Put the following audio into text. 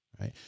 Right